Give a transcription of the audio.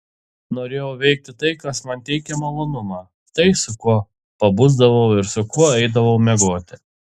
norėjau veikti tai kas man teikia malonumą tai su kuo pabusdavau ir su kuo eidavau miegoti